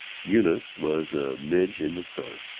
eunice was a midge in the sun.